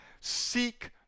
Seek